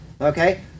Okay